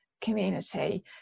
community